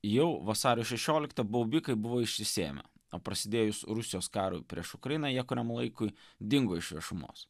jau vasario šešioliktą baubikai buvo išsisėmę o prasidėjus rusijos karui prieš ukrainą jie kuriam laikui dingo iš viešumos